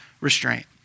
restraint